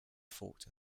fort